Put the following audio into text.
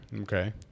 Okay